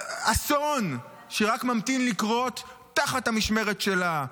אסון שרק ממתין לקרות תחת המשמרת שלה.